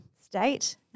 state